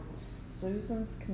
Susan's